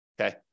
okay